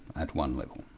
at one level.